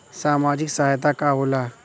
सामाजिक सहायता का होला?